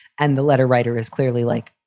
and the letter writer is clearly like,